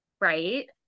Right